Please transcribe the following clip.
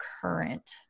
current